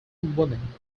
women